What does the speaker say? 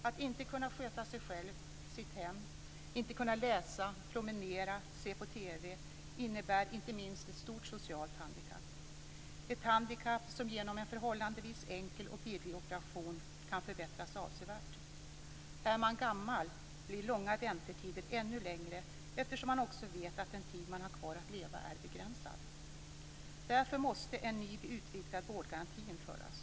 Att inte kunna sköta sig själv och sitt hem, inte kunna läsa, promenera eller se på TV innebär inte minst ett stort socialt handikapp - ett handikapp som genom en förhållandevis enkel och billig operation kan förbättras avsevärt. Är man gammal blir långa väntetider ännu längre, eftersom man också vet att den tid man har kvar att leva är begränsad. Därför måste en ny, utvidgad vårdgaranti införas.